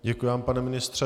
Děkuji vám, pane ministře.